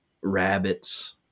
rabbits